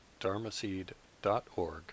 dharmaseed.org